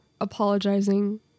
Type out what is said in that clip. apologizing